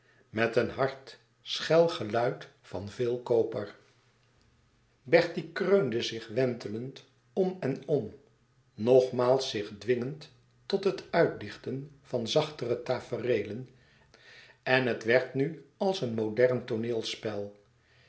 met een hard schel geluid van veel koper bertie kreunde zich wentelend om en om ngmaals zich dwingend tot het uitdichten van zachtere tafereelen en het werd nu als een modern tooneelspel